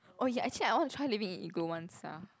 oh ya actually I want to try living in igloo once ah